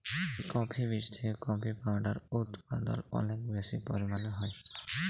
coffee বীজ থেকে coffee powder উদপাদল অলেক বেশি পরিমালে হ্যয়